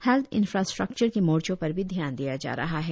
health infrastructure के मोर्चो पर भी ध्यान दिया जा रहा हैं